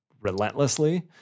relentlessly